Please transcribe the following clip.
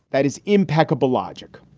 that is impeccable logic,